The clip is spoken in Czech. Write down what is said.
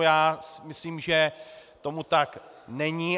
Já si myslím, že tomu tak není.